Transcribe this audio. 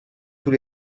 tous